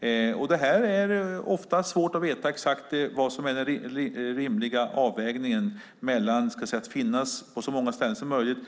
Det är svårt att veta vilken som är den rimliga avvägningen när det gäller att finnas på så många ställen som möjligt